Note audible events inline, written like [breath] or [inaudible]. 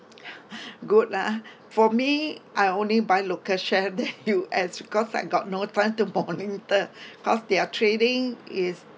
[breath] good lah for me I only buy local share than [laughs] U_S because I got no time to [laughs] monitor cause their trading is